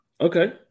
Okay